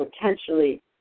potentially